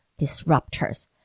disruptors